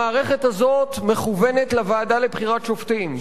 המערכת הזאת מכוונת לוועדה לבחירת שופטים,